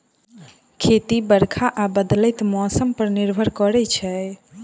खेती बरखा आ बदलैत मौसम पर निर्भर करै छै